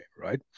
right